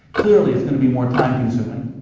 clearly it's going to be more time consuming,